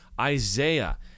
Isaiah